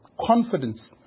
confidence